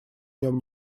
нем